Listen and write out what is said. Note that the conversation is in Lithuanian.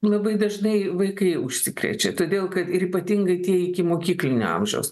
labai dažnai vaikai užsikrečia todėl kad ir ypatingai tie ikimokyklinio amžiaus